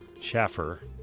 Shaffer